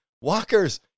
walkers